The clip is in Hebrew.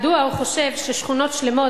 מדוע הוא חושב ששכונות שלמות,